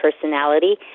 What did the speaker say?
personality